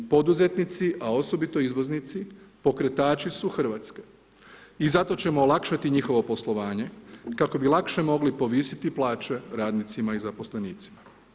Poduzetnici, a osobito izvoznici, pokretači su Hrvatske i zato ćemo olakšati njihovo poslovanje, kako bi lakše mogli povisiti plaće radnicima i zaposlenicima.